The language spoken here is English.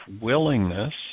willingness